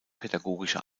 pädagogische